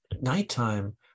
nighttime